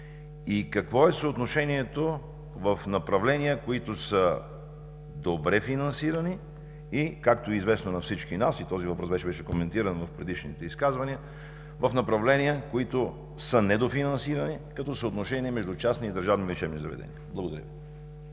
Какво е съотношението в направления, които са добре финансирани и както е известно на всички нас, и този въпрос вече беше коментиран в предишните изказвания в направления, които са недофинансирани като съотношение между частни и държавни лечебни заведения? Благодаря.